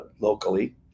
locally